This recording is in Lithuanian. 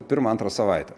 pirmą antrą savaitę